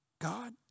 God